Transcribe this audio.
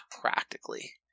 practically